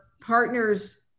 partner's